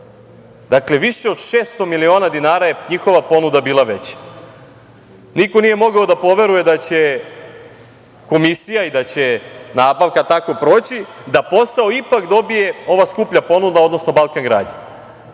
Dakle, više od 600 miliona dinara je njihova ponuda bila veća. Niko nije mogao da poveruje da će komisija i da će nabavka tako proći da posao ipak dobije ova skuplja ponuda, odnosno „Balkan gradnja“.